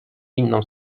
inną